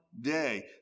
day